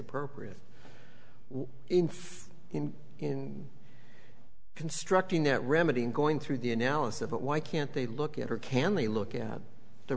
appropriate we infer in constructing that remedy and going through the analysis of it why can't they look at her can we look at the